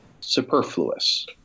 superfluous